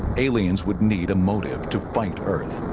aliens would need a motive to fight earth